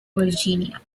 virginia